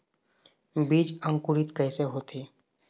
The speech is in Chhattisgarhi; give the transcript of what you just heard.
बीज अंकुरित कैसे होथे?